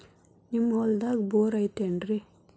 ನಿಮ್ಮ ಹೊಲ್ದಾಗ ಬೋರ್ ಐತೇನ್ರಿ?